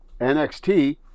NXT